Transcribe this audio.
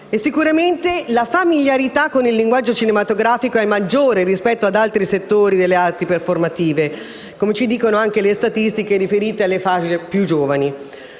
Sicuramente la familiarità con il linguaggio cinematografico è maggiore rispetto ad altri settori delle arti performative, come ci dicono anche le statistiche riferite alle fasce più giovani.